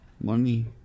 Money